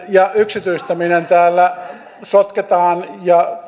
ja yksityistäminen täällä sotketaan